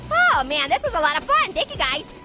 oh man this is a lot of fun. thank you guys.